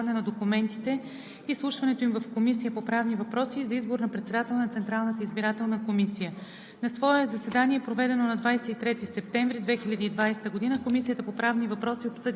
за предлагане на кандидати за председател на Централната избирателна комисия, представянето и публичното оповестяване на документите, изслушването им в Комисията по правни въпроси и за избор на председател на Централната избирателна комисия